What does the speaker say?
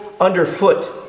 underfoot